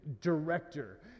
director